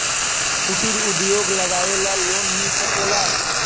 कुटिर उद्योग लगवेला लोन मिल सकेला?